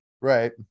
Right